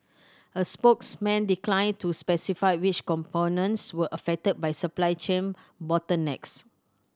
a spokesman declined to specify which components were affected by supply chain bottlenecks